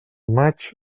maig